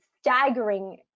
staggering